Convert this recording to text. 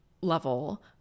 level